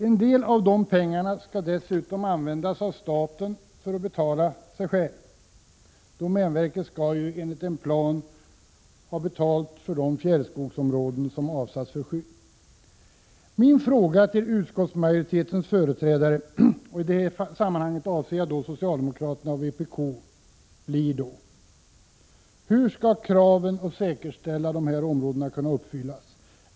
En del av de pengarna skall staten dessutom använda till att betala sig själv— domänverket skall enligt en plan ha betalt för de fjällskogsområden som avsatts för skydd. Min fråga till utskottsmajoritetens företrädare — i det sammanhanget avser jag socialdemokraterna och vpk — blir då: Hur skall kraven på att säkerställa de områdena kunna uppfyllas?